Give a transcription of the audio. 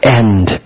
end